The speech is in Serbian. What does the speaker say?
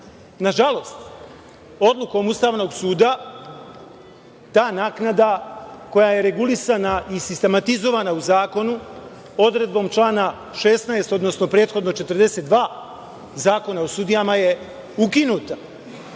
život. Nažalost, odlukom Ustavnog suda ta naknada koja je regulisana i sistematizovana u Zakonu, odredbom člana 16. odnosno, prethodno 42. Zakona o sudijama, je